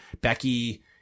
Becky